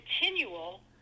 continual